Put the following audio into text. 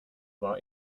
war